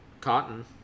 cotton